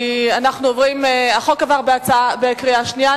החוק עבר בקריאה שנייה.